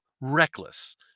reckless